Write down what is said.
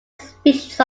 species